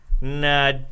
nah